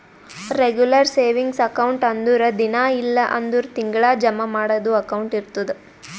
regular savings account ಅಂದುರ್ ದಿನಾ ಇಲ್ಲ್ ಅಂದುರ್ ತಿಂಗಳಾ ಜಮಾ ಮಾಡದು ಅಕೌಂಟ್ ಇರ್ತುದ್